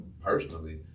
personally